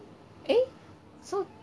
eh so